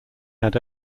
had